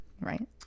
right